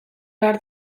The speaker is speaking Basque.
behar